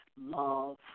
love